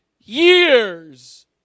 years